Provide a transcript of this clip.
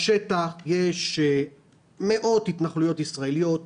בשטח יש מאות התנחלויות ישראליות,